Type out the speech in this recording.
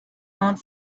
not